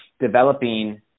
developing